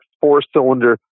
four-cylinder